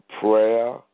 prayer